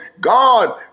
God